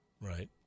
Right